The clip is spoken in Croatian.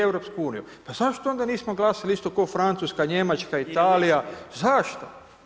Pa zašto onda nismo glasali isto ko Francuska, Njemačka, Italija, zašto?